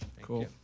Cool